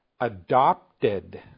adopted